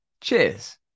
Cheers